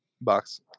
box